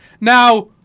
Now